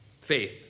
Faith